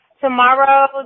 Tomorrow